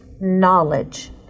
knowledge